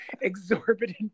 exorbitant